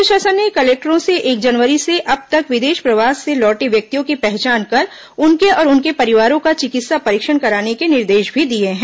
राज्य शासन ने कलेक्टरों से एक जनवरी से अब तक विदेश प्रवास से लौटे व्यक्तियों की पहचान कर उनके और उनके परिवारों का चिकित्सा परीक्षण कराने के निर्देश भी दिए हैं